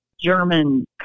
German